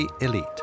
elite